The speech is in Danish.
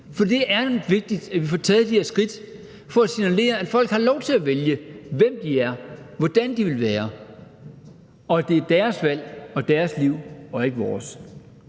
for det er vigtigt, at vi får taget de her skridt for at signalere, at folk har lov til at vælge, hvem de er, hvordan de vil være, og at det er deres valg og deres liv og ikke vores.